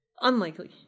Unlikely